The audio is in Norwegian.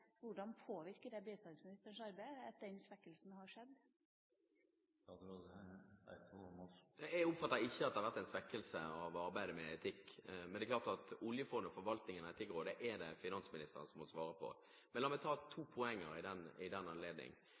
skjedd? Jeg oppfatter ikke at det har vært en svekkelse av arbeidet med etikk. Men det er klart at oljefondet og forvaltningen av Etikkrådet er det finansministeren som må svare på. Men la meg ta to poenger i den